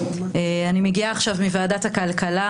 אני מגיעה עכשיו מוועדת הכלכלה,